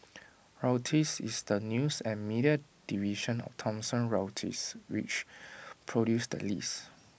Reuters is the news and media division of Thomson Reuters which produced the list